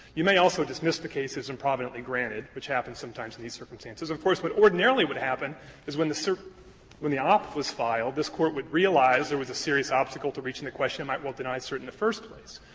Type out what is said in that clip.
you may also dismiss the case as improvidently granted, which happens sometimes in these circumstances. of course, what ordinarily what would happen is when the cert when the ops was filed this court would realize there was a serious obstacle to reaching the question and might well deny cert in the first place.